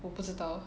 我不知道